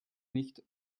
nicht